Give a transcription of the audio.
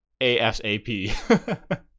ASAP